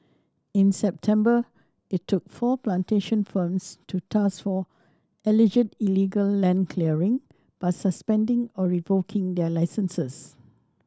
in September it took four plantation firms to task for alleged illegal land clearing by suspending or revoking their licences